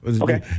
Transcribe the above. Okay